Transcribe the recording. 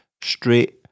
straight